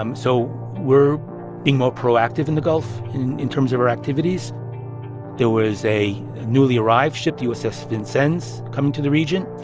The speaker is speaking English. um so we're being more proactive in the gulf in terms of our activities there was a newly arrived ship, the uss vincennes, coming to the region.